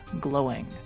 glowing